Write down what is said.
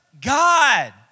God